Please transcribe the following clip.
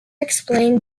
explained